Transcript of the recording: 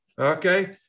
Okay